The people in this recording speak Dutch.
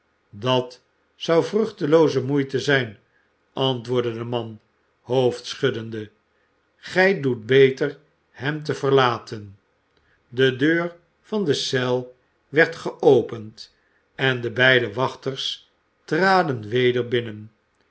dat zou vruchtelooze moeite zijn antwoordde de man hoofdschuddend gij doet beier hem te verlaten de deur van de cel werd geopend en de beide wachters